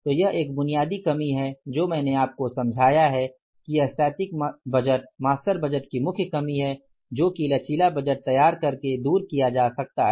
तो यह एक बुनियादी कमी है जो मैंने आपको समझाया है कि यह स्थैतिक बजट मास्टर बजट की मुख्य कमी है जो कि लचीला बजट तैयार करके दूर किया जा सकता है